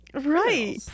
Right